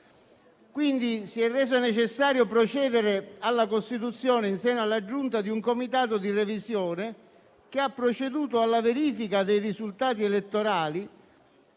quindi reso necessario procedere alla costituzione, in seno alla Giunta, di un Comitato di revisione che ha proceduto alla verifica dei risultati elettorali